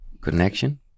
connection